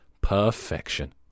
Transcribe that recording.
perfection